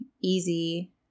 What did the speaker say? easy